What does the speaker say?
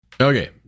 Okay